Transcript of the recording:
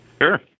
Sure